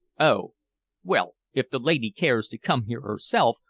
oh well, if the lady cares to come here herself,